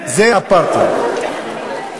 זה אפרטהייד.